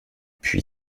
puis